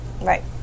right